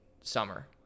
summer